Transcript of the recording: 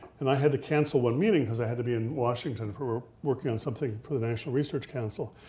and i had to cancel one meeting because i had to be in washington for working on something for the national research council,